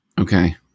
Okay